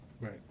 Right